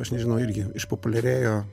aš nežinau irgi išpopuliarėjo